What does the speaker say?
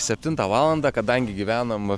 septintą valandą kadangi gyvenam